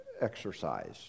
exercise